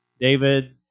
David